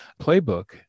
playbook